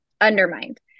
undermined